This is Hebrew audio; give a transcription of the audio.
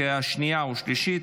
לקריאה שנייה ושלישית.